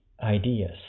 ideas